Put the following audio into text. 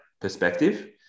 perspective